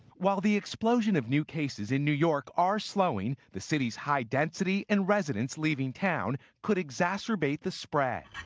while the explosion of new cases in new york are slowing, the city's high density and residents leaving town could exacerbate the spread